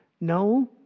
No